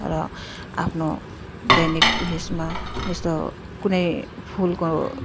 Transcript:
र आफ्नो दैनिक उयसमा जस्तो कुनै फुलको